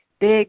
big